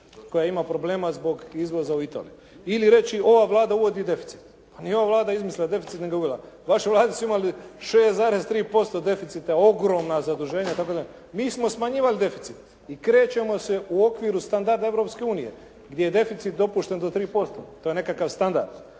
koja ima problema zbog izvoza u Italiju. Ili reći ova Vlada uvodi deficit. Pa nije ova Vlada izmislila deficit nit ga uvela. Vaše Vlade su imale 6,3% deficita ogromna zaduženja. Mi smo smanjivali deficit i krećemo se u okviru standarda Europske unije gdje je deficit dopušten do 3%, to je nekakav standard.